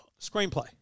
Screenplay